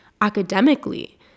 academically